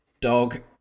Dog